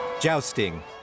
Jousting